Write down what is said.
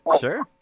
Sure